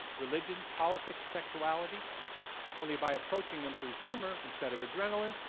religion, politics, sexuality only by approaching them through humor instead of adrenalin,